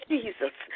Jesus